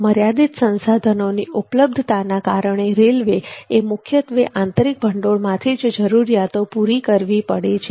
મર્યાદિત સંસાધનોની ઉપલબ્ધતાના કારણે રેલવે એ મુખ્યત્વે આંતરિક ભંડોળમાંથી જરૂરિયાતો પૂરી કરવી પડે છે